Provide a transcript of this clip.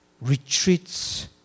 retreats